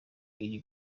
iyi